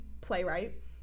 playwright